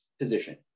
position